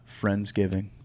Friendsgiving